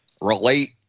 relate